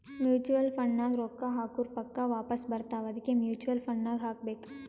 mutual fund ನಾಗ್ ರೊಕ್ಕಾ ಹಾಕುರ್ ಪಕ್ಕಾ ವಾಪಾಸ್ ಬರ್ತಾವ ಅದ್ಕೆ ಮೂಚುವಲ್ ಫಂಡ್ ನಾಗ್ ಹಾಕಬೇಕ್